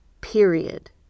period